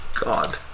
God